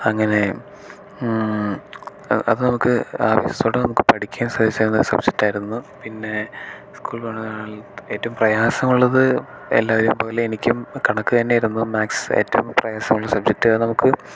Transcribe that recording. അങ്ങനെ അത് നമുക്ക് ആവേശത്തോടെ നമുക്ക് പഠിക്കാൻ സാധിച്ചൊരു സബ്ജക്റ്റായിരുന്നു പിന്നെ സ്കൂളിൽ പോകുന്ന കാലത്ത് ഏറ്റവും പ്രയാസമുള്ളത് എല്ലാവരെയും പോലെ എനിക്കും കണക്ക് തന്നെയിരുന്നു മാത്സ് ഏറ്റവും പ്രയാസമുള്ള സബ്ജെക്റ്റ് നമുക്ക്